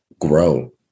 grow